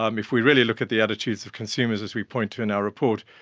um if we really look at the attitudes of consumers, as we point to in our report,